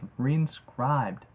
reinscribed